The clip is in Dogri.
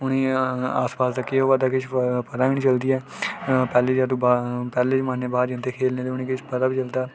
उ'नेंगी आस्सै पास्सै केह् होआ दा किश पता निं चलदी ऐ पैह्ले जमानै गी बाह्र जंदे खेल्लने किश पता बी चलदा हा